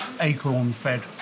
acorn-fed